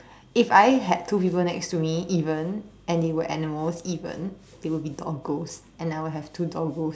if I had two people next to me even and they were animal even they will be doggos and I will have two doggos